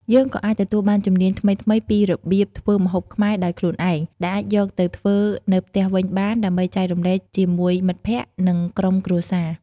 យើងក៏អាចទទួលបានជំនាញថ្មីៗពីរបៀបធ្វើម្ហូបខ្មែរដោយខ្លួនឯង ដែលអាចយកទៅធ្វើនៅផ្ទះវិញបាន ដើម្បីចែករំលែកជាមួយមិត្តភក្តិ និងក្រុមគ្រួសារ ។